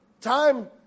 time